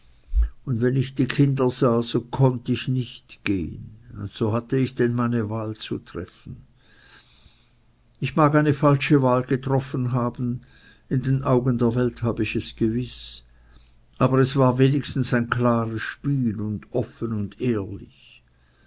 und wenn ich die kinder sah so konnt ich nicht gehn und so hatt ich denn meine wahl zu treffen ich mag eine falsche wahl getroffen haben in den augen der welt hab ich es gewiß aber es war wenigstens ein klares spiel und offen und ehrlich